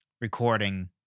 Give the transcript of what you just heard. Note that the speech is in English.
recording